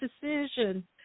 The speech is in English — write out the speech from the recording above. decision